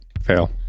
Fail